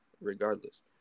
regardless